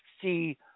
see